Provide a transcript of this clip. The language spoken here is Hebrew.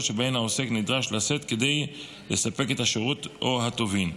שבהן העוסק נדרש לשאת כדי לספק את השירות או הטובין,